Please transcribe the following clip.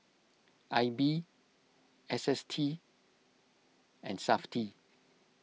I B S S T and SAFTI